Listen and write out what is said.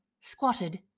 squatted